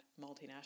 multinational